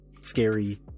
scary